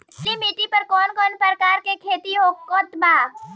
काली मिट्टी पर कौन कौन प्रकार के खेती हो सकत बा?